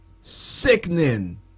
Sickening